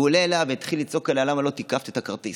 והוא עלה אליה והתחיל לצעוק עליה: למה לא תיקפת את הכרטיס?